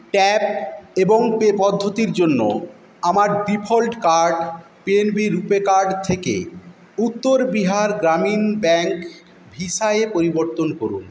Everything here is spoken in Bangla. ট্যাপ এবং পে পদ্ধতির জন্য আমার default card PNB RuPay card থেকে উত্তর বিহার গ্রামীণ ব্যাংক ভিসা এ পরিবর্তন করুন